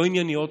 לא ענייניות,